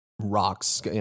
rocks